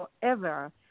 forever